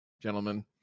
gentlemen